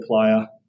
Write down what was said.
player